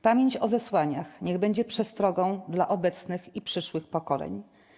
Pamięć o zesłaniach niech będzie przestrogą dla obecnych i przyszłych pokoleń.